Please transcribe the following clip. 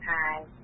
Hi